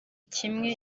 kimwe